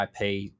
IP